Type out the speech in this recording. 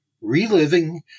Reliving